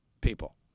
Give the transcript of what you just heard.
people